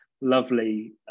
lovely